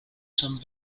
some